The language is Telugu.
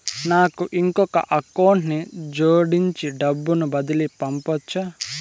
నాకు ఇంకొక అకౌంట్ ని జోడించి డబ్బును బదిలీ పంపొచ్చా?